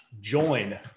join